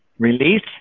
Release